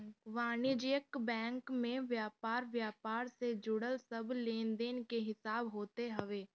वाणिज्यिक बैंक में व्यापार व्यापार से जुड़ल सब लेनदेन के हिसाब होत हवे